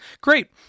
Great